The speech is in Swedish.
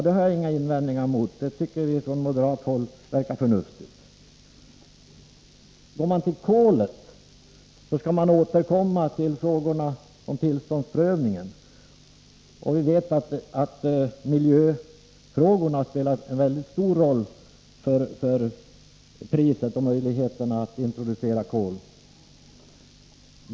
Det har jaginga invändningar emot — det tycker vi på moderat håll verkar förnuftigt. I fråga om kolet skall man återkomma till frågorna om tillståndsprövningen. Vi vet att miljöfrågorna spelar en mycket stor roll för priset och för möjligheterna att introducera kol.